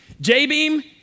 J-beam